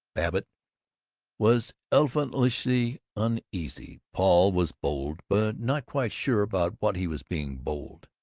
babbitt was elephantishly uneasy. paul was bold, but not quite sure about what he was being bold.